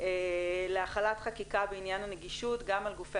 להחלת חקיקה בעניין הנגישות גם לגופי